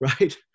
right